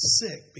sick